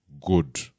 good